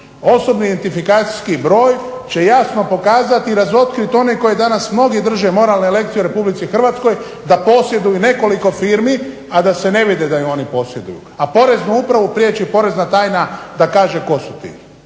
osobni identifikacijski broj će jasno pokazati i razotkrit one koji danas mnogi drže moralne lekcije u Republici Hrvatskoj da posjeduju nekoliko firmi, a da se ne vide da ih oni posjeduju. A poreznu upravu priječi porezna tajna da kaže tko su ti.